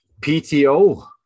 PTO